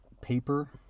paper